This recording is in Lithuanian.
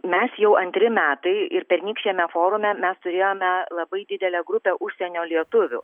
mes jau antri metai ir pernykščiame forume mes turėjome labai didelę grupę užsienio lietuvių